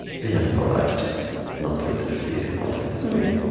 we have no right not to interfere, not to intervene.